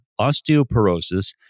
osteoporosis